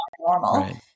normal